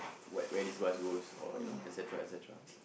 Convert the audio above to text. where where this bus goes or you know etcetera etcetera